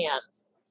hands